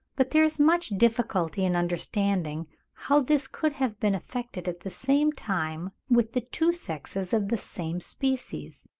but there is much difficulty in understanding how this could have been effected at the same time with the two sexes of the same species.